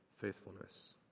faithfulness